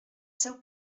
seu